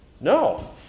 No